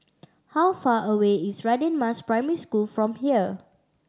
how far away is Radin Mas Primary School from here